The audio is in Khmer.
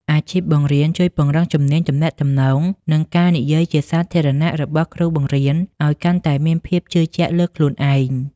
អាជីពបង្រៀនជួយពង្រឹងជំនាញទំនាក់ទំនង និងការនិយាយជាសាធារណៈរបស់គ្រូបង្រៀនឱ្យកាន់តែមានភាពជឿជាក់លើខ្លួនឯង។